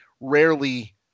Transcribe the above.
rarely